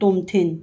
ꯇꯣꯝꯊꯤꯟ